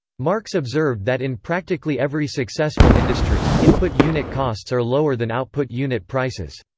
marx observed that in practically every successful industry, input unit-costs are lower than output unit-prices.